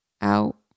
out